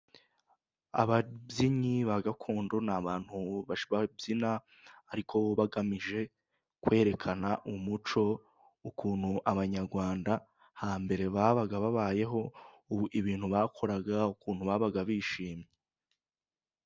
Ababyinnyi ba gakondo ni abantu babyina ariko bagamije kwerekana umuco, ukuntu abanyarwanda hambere babaga babayeho, ibintu bakoraga, ukuntu babaga bishimye.